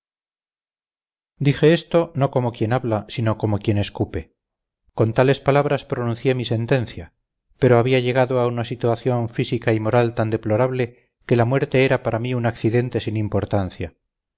dije esto no como quien habla sino como quien escupe con tales palabras pronuncié mi sentencia pero había llegado a una situación física y moral tan deplorable que la muerte era para mí un accidente sin importancia